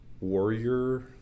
warrior